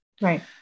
Right